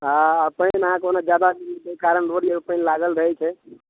हँ पानिमे अहाँके जगह नहि रहैके कारण रोडे आर पर पानि लागल रहै छै